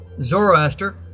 Zoroaster